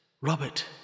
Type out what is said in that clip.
Robert